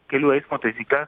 kelių eismo taisykles